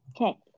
Okay